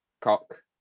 cock